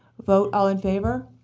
vote, all in favor.